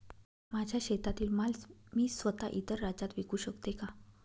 माझ्या शेतातील माल मी स्वत: इतर राज्यात विकू शकते का?